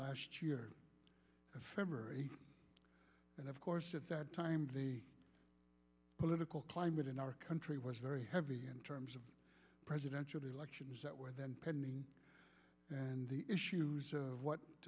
last year february and of course at that time the political climate in our country was very heavy in terms of presidential elections that were then pending and the issues